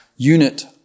Unit